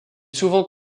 souvent